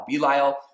Belial